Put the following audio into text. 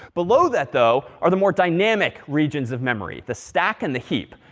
below that though, are the more dynamic regions of memory the stack and the heap.